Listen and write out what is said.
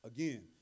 Again